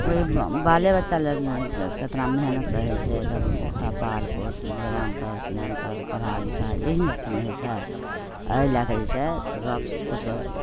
ओहि बाले बच्चा ले ने एतना मेहनति सहै छै तब ओकर पाल पोस जवान कर सिआन कर पढ़ा लिखा इएहसब ने होइ् छै एहि लैके जे छै से सब किछु